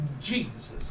jesus